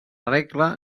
regla